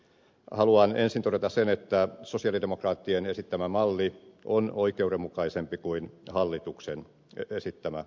haluan ensin todeta sen että sosialidemokraattien esittämä malli on oikeudenmukaisempi kuin hallituksen esittämä malli